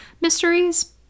mysteries